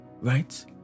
right